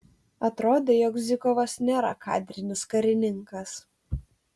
atrodė jog zykovas nėra kadrinis karininkas